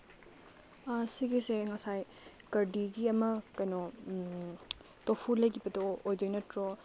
ꯁꯤꯒꯤꯁꯦ ꯉꯁꯥꯏ ꯀꯔꯗꯤꯒꯤ ꯑꯃ ꯀꯩꯅꯣ ꯇꯣꯐꯨ ꯂꯩꯈꯤꯕꯗꯣ ꯑꯣꯏꯗꯣꯏ ꯅꯠꯇ꯭ꯔꯣ